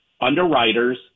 underwriters